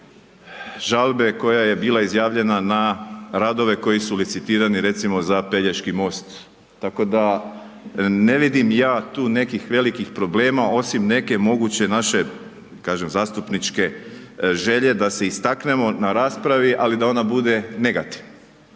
žalbe koja je bila izjavljena na radove koji su licitirani recimo, za Pelješki most, tako da ne vidim ja to nekih velikih problema osim neke moguće naše zastupničke želje da se istaknemo, na raspravi, ali da ona bude negativna.